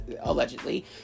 allegedly